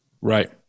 Right